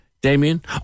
Damien